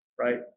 right